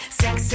sex